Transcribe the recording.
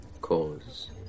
cause